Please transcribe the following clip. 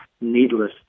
needless